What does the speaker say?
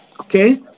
Okay